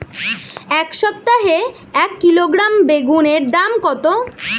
এই সপ্তাহে এক কিলোগ্রাম বেগুন এর দাম কত?